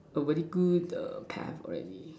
a really good time already